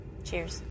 Cheers